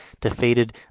defeated